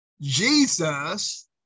Jesus